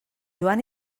joan